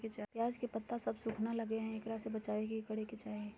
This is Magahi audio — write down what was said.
प्याज के पत्ता सब सुखना गेलै हैं, एकरा से बचाबे ले की करेके चाही?